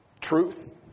Truth